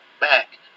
back